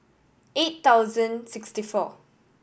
eight thousand sixty four